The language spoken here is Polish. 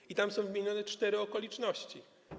I tam są wymienione cztery okoliczności.